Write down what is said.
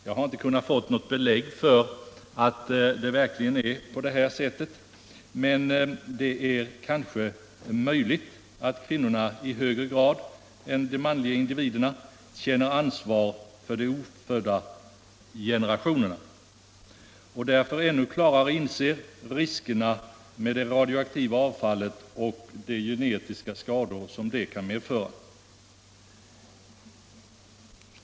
Jag har inte kunnat få något belägg för att det verkligen är på det sättet, men det är möjligt att kvinnorna i högre grad än vi manliga individer känner ansvar för de ofödda generationerna och därför ännu klarare inser riskerna med det radioaktiva avfallet och de genetiska skador som detta kan medföra.